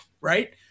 right